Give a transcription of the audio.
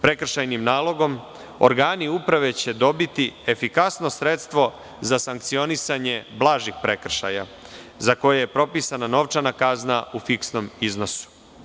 Prekršajnim nalogom organi uprave će dobiti efikasno sredstvo za sankcionisanje blažih prekršaja, za koje je propisana novčana kazna u fiksnom iznosu.